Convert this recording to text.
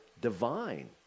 divine